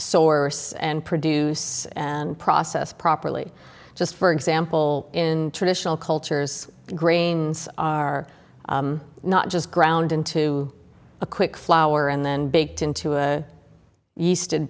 source and produce and process properly just for example in traditional cultures grains are not just ground into a quick flour and then baked into a yeast